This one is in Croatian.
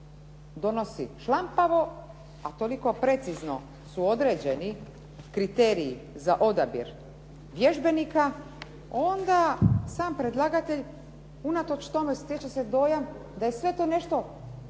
donosi šlampavo, a toliko precizno su određeni kriteriji za odabir vježbenika onda sam predlagatelj unatoč tome stječe se dojam da je sve to nešto